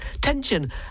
tension